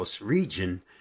region